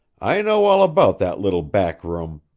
i know all about that little back room.